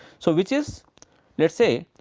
so, which is let us say,